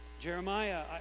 Jeremiah